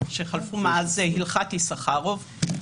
בפסיקה בהלכת יששכרוב,